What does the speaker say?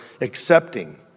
accepting